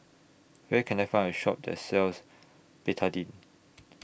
Where Can I Find A Shop that sells Betadine